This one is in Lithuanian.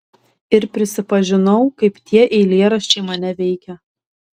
ir prisipažinau kaip tie eilėraščiai mane veikia